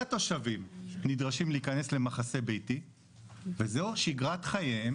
כל התושבים נדרשים להיכנס למחסה ביתי וזו שגרת חייהם